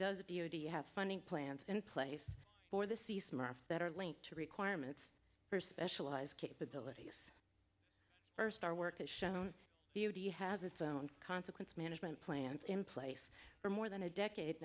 you have funding plans in place for the c smart that are linked to requirements for specialized capabilities first our work has shown you do you have its own consequence management plans in place for more than a decade